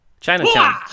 Chinatown